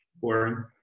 boring